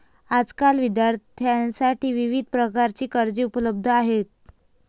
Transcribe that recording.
आजकाल विद्यार्थ्यांसाठी विविध प्रकारची कर्जे उपलब्ध आहेत